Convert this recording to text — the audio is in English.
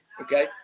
Okay